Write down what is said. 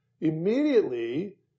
Immediately